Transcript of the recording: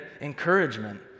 encouragement